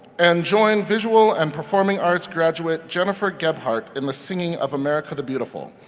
and join visual and performing arts graduate jennifer gebhart in the singing of america the beautiful.